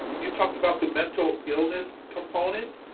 you talked about the mental illness component,